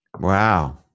Wow